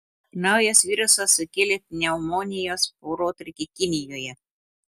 naujas virusas sukėlė pneumonijos protrūkį kinijoje